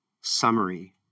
summary